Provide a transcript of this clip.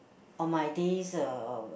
on my days uh